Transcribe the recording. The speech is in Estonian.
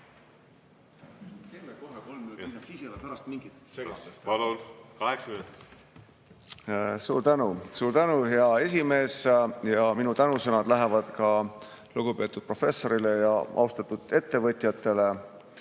Suur tänu, hea esimees! Ja minu tänusõnad lähevad ka lugupeetud professorile ja austatud ettevõtjatele.